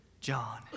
John